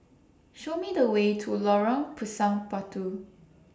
Show Me The Way to Lorong Pisang Batu